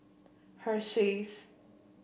Hersheys